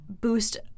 boost